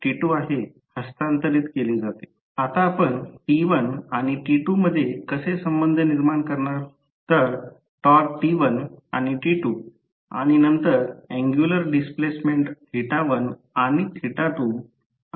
मला असे म्हणायचे आहे की उद्योगातील शोधातील सर्व उद्योग हे इंडक्शन मोटर्स वर आधारित आहेत कारण त्याशिवाय उद्योगात काहीही काम होणार नाही